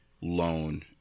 loan